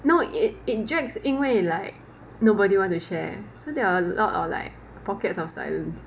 no it it drags 因为 like nobody want to share so there are a lot of like pockets of silence